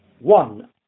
one